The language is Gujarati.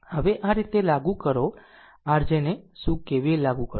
હવે આ રીતે લાગુ કરો r જેને શું KVL લાગુ કરો